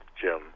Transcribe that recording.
Jim